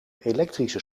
elektrische